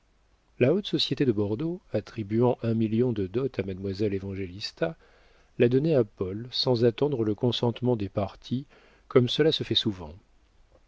la haute société de bordeaux attribuant un million de dot à mademoiselle évangélista la donnait à paul sans attendre le consentement des parties comme cela se fait souvent